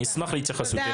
אני אשמח להתייחסותך.